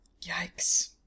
Yikes